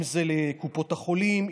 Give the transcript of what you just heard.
אם זה לקופות החולים,